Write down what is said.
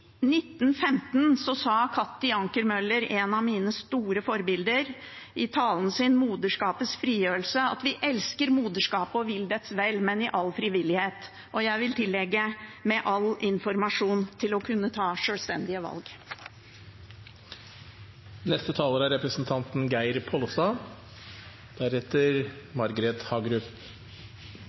talen sin Moderskapets frigjørelse, at vi elsker moderskapet og vil dets vel, men i full frivillighet. Jeg vil tillegge: med all informasjon til å kunne ta sjølstendige valg.